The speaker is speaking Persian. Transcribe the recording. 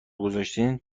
گذاشتین